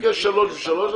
ביקש שלוש ושלוש,